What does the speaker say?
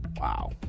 Wow